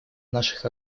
наших